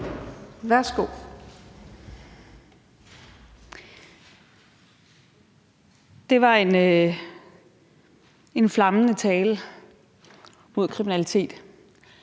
(RV): Det var en flammende tale mod kriminalitet.